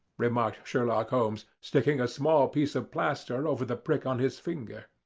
remarked sherlock holmes, sticking a small piece of plaster over the prick on his finger.